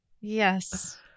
yes